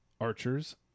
Archers